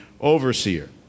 overseer